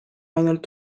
ainult